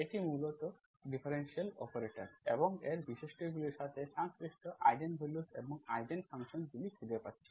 এটি মূলত differential operator এবং এর বৈশিষ্ট্যগুলির সাথে সংশ্লিষ্ট আইজেন ভ্যালুস এবং আইজেন ফাংশন্স গুলি খুঁজে পাচ্ছে